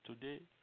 today